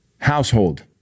household